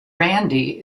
randy